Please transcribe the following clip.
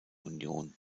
union